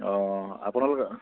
অঁ আপোনালোক